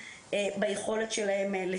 כי יש לי עוד עבודות להגיש.